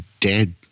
dead